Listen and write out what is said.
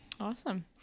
Awesome